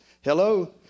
Hello